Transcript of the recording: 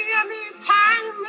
anytime